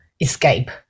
escape